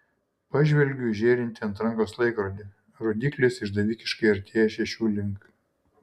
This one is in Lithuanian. pažvelgiu į žėrintį ant rankos laikrodį rodyklės išdavikiškai artėja šešių link